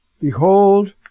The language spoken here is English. Behold